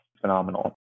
Phenomenal